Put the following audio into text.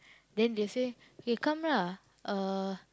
then they say okay come lah uh